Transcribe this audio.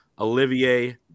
Olivier